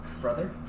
Brother